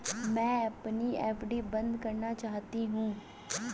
मैं अपनी एफ.डी बंद करना चाहती हूँ